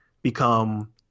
become